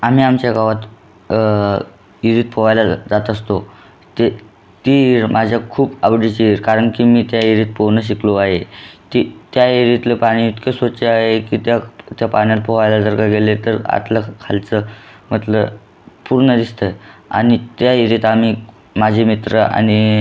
आम्ही आमच्या गावात इरीत पोआयला जात असतो ते ती इर माझ्या खूप आवडीची इर कारण की मी त्या इरीत पोअणं शिकलो आहे ती त्या इहीरीतलं पाणी इतकं स्वच्छ आहे की त्या त्या पाण्यात पोआयला जर का गेले तर आतलं खालचं मधलं पूर्ण दिसतं आनि त्या इहीरीत आम्ही माझे मित्र आणि